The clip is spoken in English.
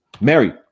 Mary